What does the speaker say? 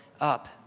up